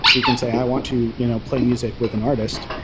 so you can say, i want to you know play music with an artist,